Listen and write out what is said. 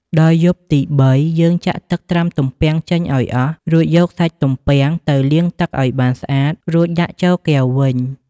ដល់យប់ទីបី យើងចាក់ទឹកត្រាំទំពាំងចេញឱ្យអស់ រួចយកសាច់ទំពាំងទៅលាងទឹកឱ្យបានស្អាត រួចដាក់ចូលកែវវិញ។